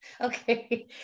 Okay